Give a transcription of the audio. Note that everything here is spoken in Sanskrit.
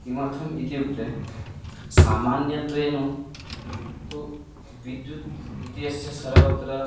किमर्थम् इत्युक्ते सामान्यत्वेन तु विद्युत् इत्यस्य सर्वत्र